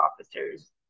officers